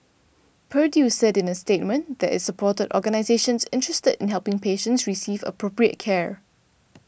Purdue said in a statement that it supported organisations interested in helping patients receive appropriate care